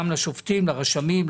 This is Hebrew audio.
גם לשופטים, לרשמים,